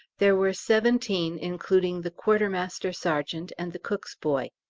there were seventeen, including the quartermaster-sergeant and the cook's boy.